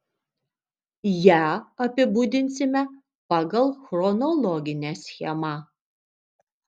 ją apibūdinsime pagal chronologinę schemą